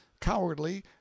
cowardly